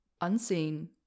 unseen